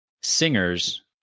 singers